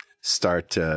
start